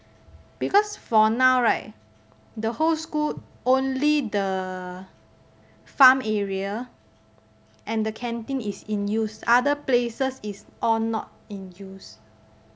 because for now right the whole school only the farm area and the canteen is in use other places is all not in use